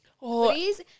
please